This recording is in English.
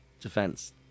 defense